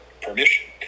permission